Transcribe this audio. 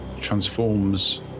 transforms